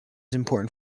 important